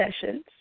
sessions